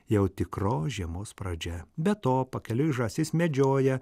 jau tikros žiemos pradžia be to pakeliui žąsis medžioja